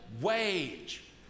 wage